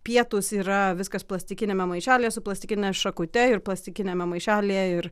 pietūs yra viskas plastikiniame maišelyje su plastikine šakute ir klasikiniame maišelyje ir